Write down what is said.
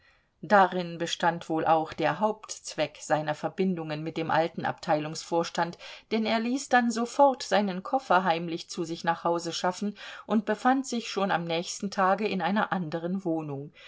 darin bestand wohl auch der hauptzweck seiner verbindung mit dem alten abteilungsvorstand denn er ließ dann sofort seinen koffer heimlich zu sich nach hause schaffen und befand sich schon am nächsten tage in einer anderen wohnung